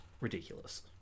ridiculous